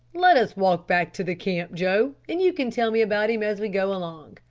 let us walk back to the camp, joe, and you can tell me about him as we go along.